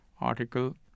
article